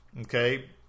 okay